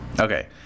Okay